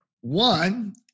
one